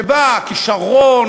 שבה הכישרון,